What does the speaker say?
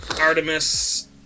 Artemis